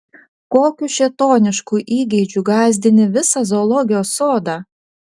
kokiu šėtonišku įgeidžiu gąsdini visą zoologijos sodą